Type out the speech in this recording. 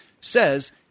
says